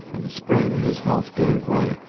in the spring his health gave way.